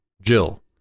Jill